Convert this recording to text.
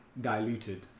diluted